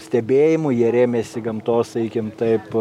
stebėjimu jie rėmėsi gamtos sakykim taip